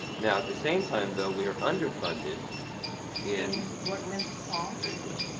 now, at the same time though, we are under-funded in. workman's comp. there you go.